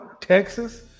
Texas